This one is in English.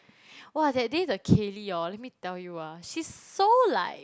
!wah! that day the Kayleigh hor let me tell you ah she's so like